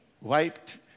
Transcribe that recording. Wiped